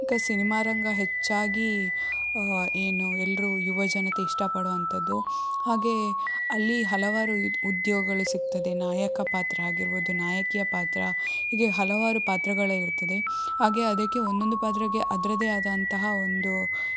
ಈಗ ಸಿನಿಮಾರಂಗ ಹೆಚ್ಚಾಗಿ ಏನು ಎಲ್ಲರೂ ಯುವ ಜನತೆ ಇಷ್ಟ ಪಡೋ ಅಂಥದ್ದು ಹಾಗೆ ಅಲ್ಲಿ ಹಲವಾರು ಉದ್ಯೋಗಗಳು ಸಿಗ್ತದೆ ನಾಯಕ ಪಾತ್ರ ಆಗಿರ್ಬೌದು ನಾಯಕಿಯ ಪಾತ್ರ ಹೀಗೆ ಹಲವಾರು ಪಾತ್ರಗಳಿರ್ತದೆ ಹಾಗೆ ಅದಕ್ಕೆ ಒಂದೊಂದು ಪಾತ್ರಕ್ಕೆ ಅದರದೇ ಆದಂತಹ ಒಂದು